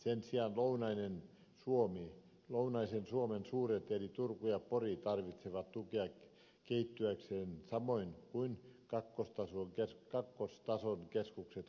sen sijaan lounaisen suomen suuret eli turku ja pori tarvitsevat tukea kehittyäkseen samoin kuin kakkostason keskukset kuopio ja vaasa